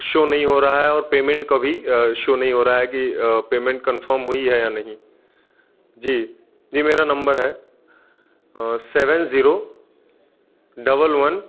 show नहीं हो रहा है और पेमेंट का भी शो नहीं हो रहा है की पेमेंट कन्फर्म हुई है या नहीं जी जी मेरा नंबर है सेवन जीरो डबल वन